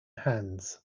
hands